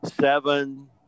seven